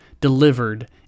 delivered